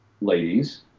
ladies